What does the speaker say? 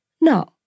No